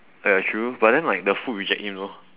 ya true but then like the food reject him lor